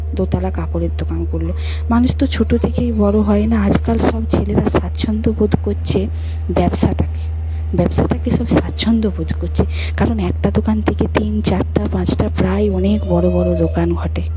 দোতলা কাপড়ের দোকান করলো মানুষ তো ছোট থেকেই বড় হয় না আজকাল সব ছেলেরা স্বাচ্ছন্দ্য বোধ করছে ব্যবসাটাকে ব্যবসাটাকে সব স্বাচ্ছন্দ্য বোধ করছে কারণ একটা দোকান থেকে তিন চারটা পাঁচটা প্রায় অনেক বড় বড় দোকান ঘটে